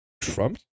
Trump